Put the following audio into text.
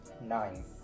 Nine